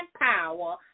power